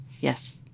Yes